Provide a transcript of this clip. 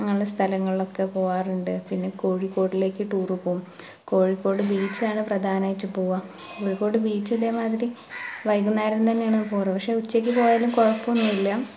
അങ്ങനുള്ള സ്ഥലങ്ങളിലൊക്കെ പോവാറുണ്ട് പിന്നെ കോഴിക്കോടിലേക്ക് ടൂറ് പോകും കോഴിക്കോട് ബീച്ച് ആണ് പ്രധാനമായിട്ട് പോവാ കോഴിക്കോട് ബീച്ച് ഇതേമാതിരി വൈകുന്നേരം തന്നെയാണ് പോകാറ് പക്ഷെ ഉച്ചക്ക് പോയാലും കുഴപ്പമൊന്നും ഇല്ല